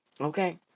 Okay